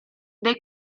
dei